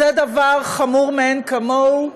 זה דבר חמור מאין כמוהו,